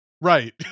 Right